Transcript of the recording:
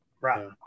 right